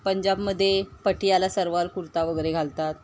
पंजाबमध्ये पटियाला सुरवार कुर्ता वगैरे घालतात